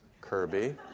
Kirby